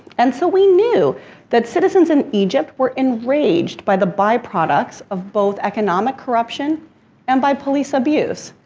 and so we knew that citizens in egypt were enraged by the byproducts of both economic corruption and by police abuse.